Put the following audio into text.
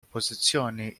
oppożizzjoni